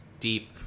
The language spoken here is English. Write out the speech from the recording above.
deep